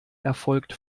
erfolgt